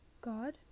God